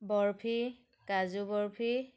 barfi kaju barfi